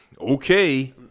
Okay